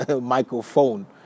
microphone